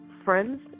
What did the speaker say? friends